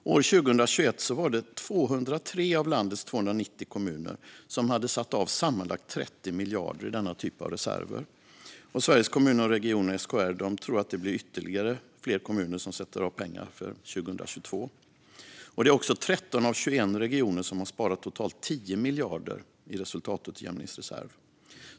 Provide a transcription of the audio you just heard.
År 2021 var det 203 av landets 290 kommuner som hade satt av sammanlagt 30 miljarder i denna typ av reserver, och Sveriges Kommuner och Regioner, SKR, tror att ytterligare ett antal kommuner kommer att sätta av pengar för 2022. Det är också 13 av 21 regioner som har sparat totalt 10 miljarder i resultatutjämningsreserv.